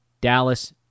Dallas